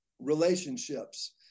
relationships